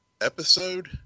episode